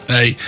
Hey